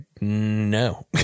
no